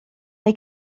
neu